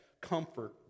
Comfort